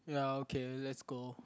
ya okay let's go